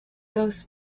goes